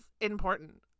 important